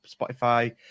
Spotify